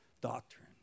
doctrine